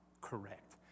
correct